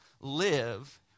live